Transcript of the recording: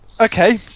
Okay